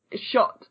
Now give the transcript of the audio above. shot